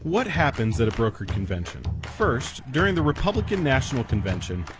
what happens at a brokered convention? first, during the republican national convention,